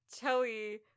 Chelly